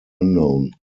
unknown